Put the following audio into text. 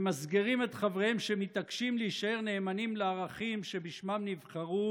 ממסגרים כפורשים את חבריהם שמתעקשים להישאר נאמנים לערכים שבשמם נבחרו,